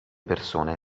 persone